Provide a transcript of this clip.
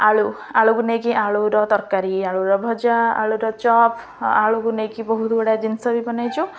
ଆଳୁ ଆଳୁକୁ ନେଇକି ଆଳୁର ତରକାରୀ ଆଳୁର ଭଜା ଆଳୁର ଚପ୍ ଆଳୁକୁ ନେଇକି ବହୁତ ଗୁଡ଼ିଏ ଜିନିଷ ବି ବନାଇଛୁ